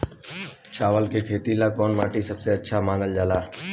चावल के खेती ला कौन माटी सबसे अच्छा मानल जला?